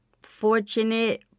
fortunate